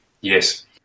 Yes